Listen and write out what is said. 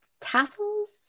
tassels